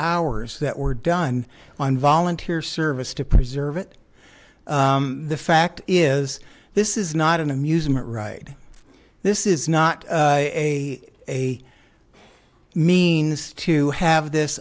hours that were done on volunteer service to preserve it the fact is this is not an amusement ride this is not a a means to have this